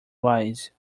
wise